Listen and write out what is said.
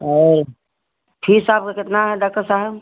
और फीस आपका कितना है डाक्टर साहब